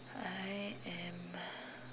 I am